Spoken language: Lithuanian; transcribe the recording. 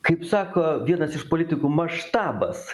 kaip sako vienas iš politikų maštabas